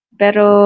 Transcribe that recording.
pero